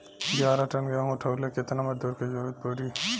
ग्यारह टन गेहूं उठावेला केतना मजदूर के जरुरत पूरी?